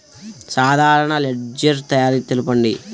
సాధారణ లెడ్జెర్ తయారి తెలుపండి?